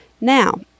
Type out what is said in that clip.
Now